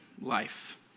life